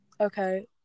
Okay